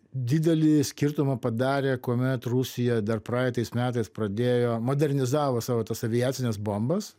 didelį skirtumą padarė kuomet rusija dar praeitais metais pradėjo modernizavo savo tas aviacines bombas